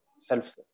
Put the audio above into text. self